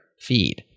feed